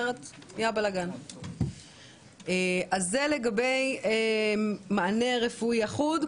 אם כן, זה לגבי מענה רפואי אחוד.